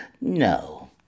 No